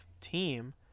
team